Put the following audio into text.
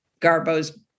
Garbo's